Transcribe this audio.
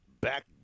Back